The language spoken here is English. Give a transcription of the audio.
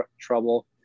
trouble